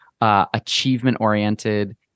achievement-oriented